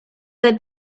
the